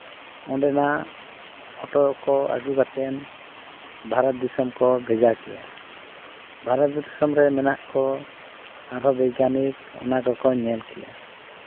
ᱚᱸᱰᱮᱱᱟᱜ ᱯᱷᱳᱴᱳ ᱠᱚ ᱟᱹᱜᱩ ᱠᱟᱛᱮᱫ ᱵᱷᱟᱨᱚᱛ ᱫᱤᱥᱚᱢ ᱠᱚ ᱵᱷᱮᱡᱟ ᱠᱮᱜᱼᱟ ᱵᱷᱟᱨᱚᱛ ᱫᱤᱥᱚᱢ ᱨᱮ ᱢᱮᱱᱟᱜ ᱠᱚ ᱟᱨᱚ ᱵᱳᱭᱜᱟᱱᱤᱠ ᱚᱱᱟ ᱫᱚᱠᱚ ᱧᱮᱞ ᱠᱮᱜᱼᱟ